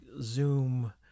Zoom